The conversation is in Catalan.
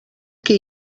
que